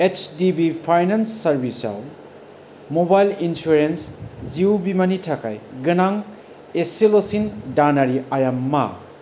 H D B finance service आव mobile insurance जिउ बीमानि थाखाय गोनां इसेल'सिन दानारि आइया मा